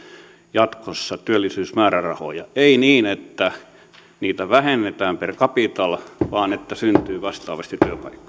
jatkossa työllisyysmäärärahoja ei niin että niitä vähennetään per capita vaan että syntyy vastaavasti